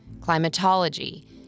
climatology